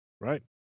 Right